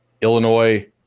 Illinois